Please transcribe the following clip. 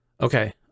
Okay